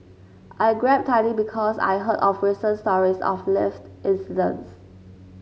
I grabbed tightly because I heard of recent stories of lift incidents